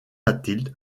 mathilde